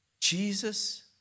Jesus